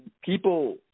people